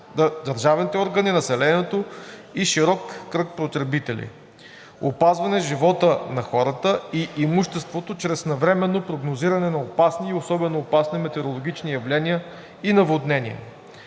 държавните органи, населението и широк кръг потребители; опазване живота на хората и имуществото чрез навременно прогнозиране на опасни и особено опасни метеорологични явления и наводнения;